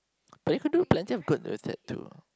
but you could do plenty of good with that too